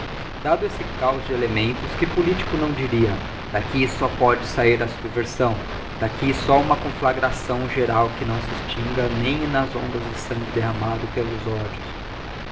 dado esse cahos de elementos que politico não diria d'aqui só pode sahir a subversão d'aqui só uma conflagração geral que não se extinga nem nas ondas de sangue derramado pelos ódios